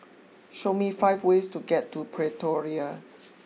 show me five ways to get to Pretoria